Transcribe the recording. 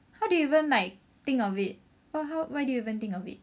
how do you even like think of it why you even think of it